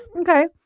Okay